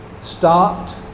stopped